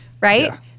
right